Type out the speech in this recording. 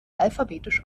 alphabetisch